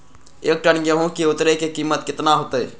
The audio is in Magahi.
एक टन गेंहू के उतरे के कीमत कितना होतई?